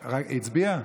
הצביעה?